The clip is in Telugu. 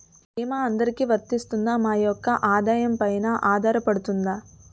భీమా అందరికీ వరిస్తుందా? మా యెక్క ఆదాయం పెన ఆధారపడుతుందా?